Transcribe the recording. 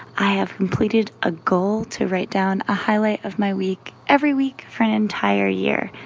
i have completed a goal to write down a highlight of my week every week for an entire year.